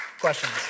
questions